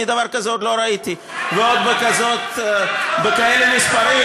אני דבר כזה עוד לא ראיתי, ועוד בכאלה מספרים.